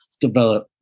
develop